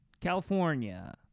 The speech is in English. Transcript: california